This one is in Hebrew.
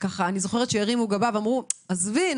אני זוכרת שהרימו גבה ואמרו לי לעזוב את זה,